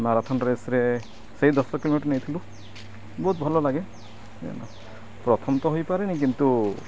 marathon ରେସ୍ରେ ସେଇ ଦଶ କିଲୋମିଟର ନେଇଥିଲୁ ବହୁତ ଭଲ ଲାଗେ ପ୍ରଥମ ତ ହୋଇପାରେନି କିନ୍ତୁ